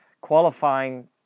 Qualifying